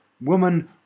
woman